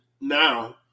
now